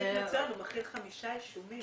זה תיק מצוין, הוא מכיל חמישה אישומים.